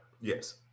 Yes